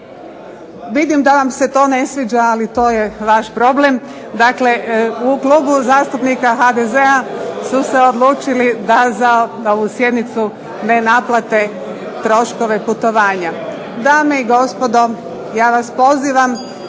Vidim da vam se to ne sviđa, ali to je vaš problem. Dakle, u Klubu zastupnika HDZ-a su se odlučili da za ovu sjednicu ne naplate troškove putovanja. Dame i gospodo, ja vas pozivam